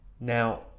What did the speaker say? now